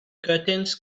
curtains